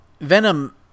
Venom